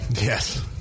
Yes